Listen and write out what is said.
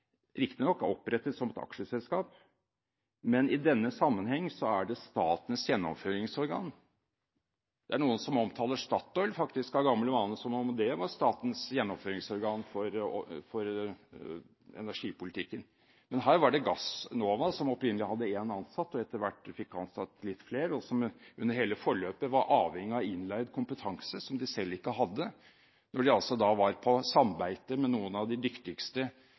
riktignok ble opprettet som et aksjeselskap, men at det i denne sammenheng var statens gjennomføringsorgan. Det er noen som av gammel vane omtaler Statoil som om det er statens gjennomføringsorgan for energipolitikken. Her var det Gassnova, som opprinnelig hadde én ansatt og etter hvert fikk ansatt litt flere, og som under hele forløpet var avhengig av innleid kompetanse, kompetanse som de selv ikke hadde, når de var på sambeite med noen av de dyktigste